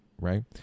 right